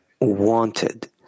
wanted